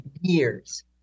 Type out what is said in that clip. years